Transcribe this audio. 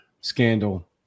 scandal